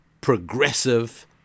progressive